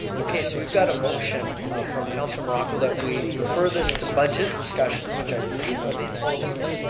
okay, so we've got a motion from councillor morocco that we refer this to budget discussions, which i believe are they in four weeks,